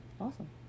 awesome